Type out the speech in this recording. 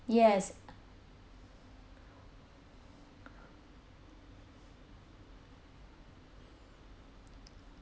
yes